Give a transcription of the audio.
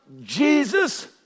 Jesus